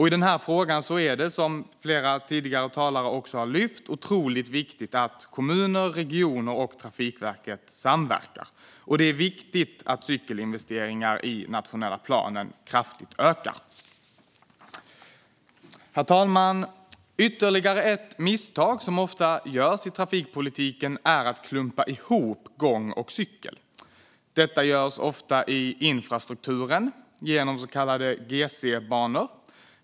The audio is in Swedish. I denna fråga är det, som flera tidigare talare har tagit upp, otroligt viktigt att kommuner, regioner och Trafikverket samverkar. Det är viktigt att cykelinvesteringar ökar kraftigt i den nationella planen. Herr talman! Ytterligare ett misstag som ofta görs i trafikpolitiken är att klumpa ihop gång och cykel. Detta görs ofta i infrastrukturen genom så kallade GC-banor.